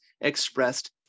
expressed